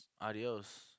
Adios